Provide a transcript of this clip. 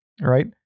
Right